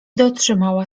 dotrzymała